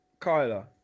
Kyler